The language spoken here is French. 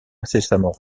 incessamment